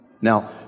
now